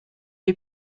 est